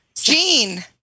Gene